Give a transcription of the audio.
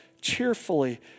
cheerfully